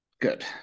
good